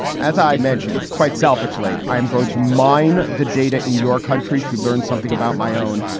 as i mentioned, quite selfishly, i am going to mine the data in your country to learn something about my own.